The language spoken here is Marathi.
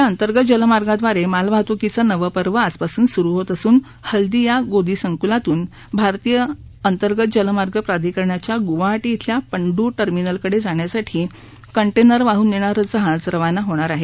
देशातल्या अंतर्गत जलमार्गाब्रारे मालवाहतुकीचं नवं पर्व आजपासून सुरू होत असून हल्दिया गोदी संकुलातून भारतीय अंतर्गत जलमार्ग प्राधिकरणाच्या गुवाहाटी खेल्या पंडू टर्मिनलकडे जाण्यासाठी कंटेनरवाहून नेणारं जहाज खवाना होणार आहे